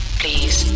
please